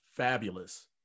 Fabulous